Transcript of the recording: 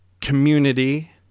community